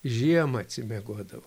žiemą atsimiegodavo